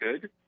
good